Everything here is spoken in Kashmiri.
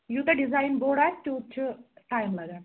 یوٗتاہ ڈِزایِن بوٚڈ آسہِ تیٛوٗت چھُ ٹایم لاگان